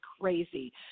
crazy